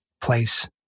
place